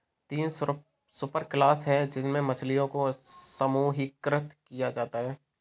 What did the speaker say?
तीन सुपरक्लास है जिनमें मछलियों को समूहीकृत किया जाता है